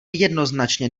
jednoznačně